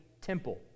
temple